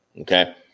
Okay